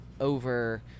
over